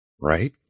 Right